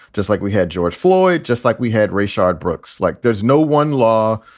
just like we had george floyd, just like we had rashad brooks, like there's no one law,